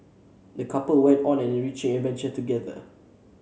the couple went on an enriching adventure together